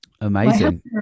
Amazing